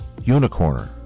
Unicorner